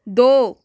दो